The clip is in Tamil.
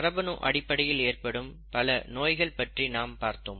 மரபணு அடிப்படையில் ஏற்படும் பல நோய்கள் பற்றி நாம் பார்த்தோம்